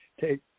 take